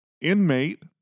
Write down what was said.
inmate